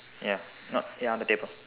ya not ya on the table